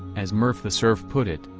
as murf the surf put it,